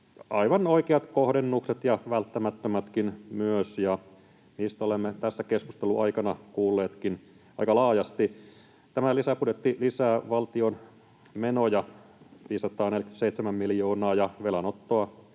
aivan oikeat kohdennukset ja välttämättömätkin myös, ja niistä olemme tässä keskustelun aikana kuulleetkin aika laajasti. Tämä lisäbudjetti lisää valtion menoja 547 miljoonaa ja velanottoa